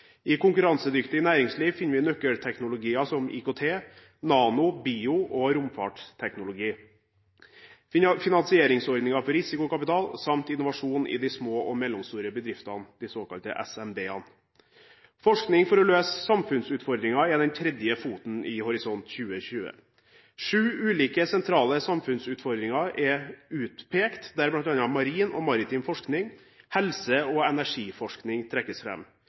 I konkurransedyktig næringsliv finner vi nøkkelteknologier som IKT, nanoteknologi, bioteknologi, romfartsteknologi, finansieringsordninger for risikokapital samt innovasjon i de små og mellomstore bedriftene, de såkalte SMB-ene. Forskning for å løse samfunnsutfordringer er den tredje foten i Horisont 2020. Sju ulike sentrale samfunnsutfordringer er utpekt, deriblant marin og maritim forskning, og helse- og energiforskning trekkes